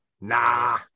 Nah